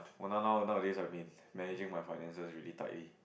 oh now now nowadays I mean managing my finances really tightly